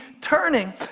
turning